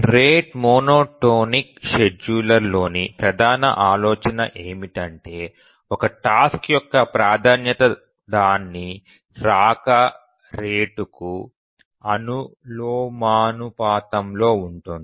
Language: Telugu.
రేటు మోనోటోనిక్ షెడ్యూలర్లోని ప్రధాన ఆలోచన ఏమిటంటే ఒక టాస్క్ యొక్క ప్రాధాన్యత దాని రాక రేటుకు అనులోమానుపాతంలో ఉంటుంది